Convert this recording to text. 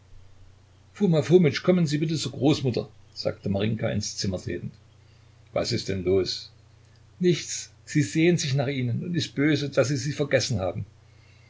kommen sie bitte zur großmutter sagte marinjka ins zimmer tretend was ist denn los nichts sie sehnt sich nach ihnen und ist böse daß sie sie vergessen haben